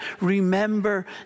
remember